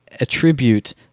attribute